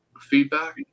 Feedback